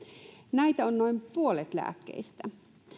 näitä on noin puolet lääkkeistä